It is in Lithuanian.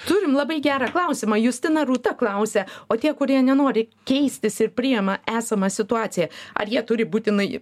turim labai gerą klausimą justina rūta klausia o tie kurie nenori keistis ir priima esamą situaciją ar jie turi būtinai